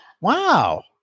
Wow